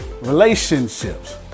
Relationships